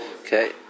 Okay